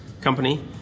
company